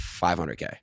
500K